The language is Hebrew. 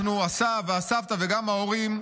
אנחנו, הסב והסבתא וגם ההורים,